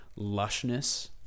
lushness